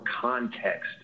context